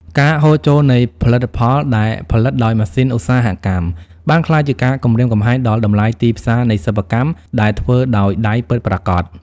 ការហូរចូលនៃផលិតផលដែលផលិតដោយម៉ាស៊ីនឧស្សាហកម្ម បានក្លាយជាការគំរាមកំហែងដល់តម្លៃទីផ្សារនៃសិប្បកម្មដែលធ្វើដោយដៃពិតប្រាកដ។